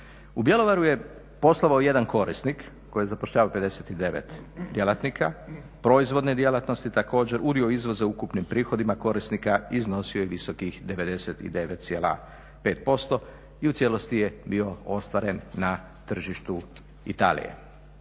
U Bjelovaru je poslovao jedan korisnik koji je zapošljavao 59 djelatnika proizvodne djelatnosti, također udio izvoza u ukupnim prihodima korisnika iznosio je visokih 99,5% i u cijelosti je bio ostvaren na tržištu Italije.